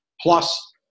plus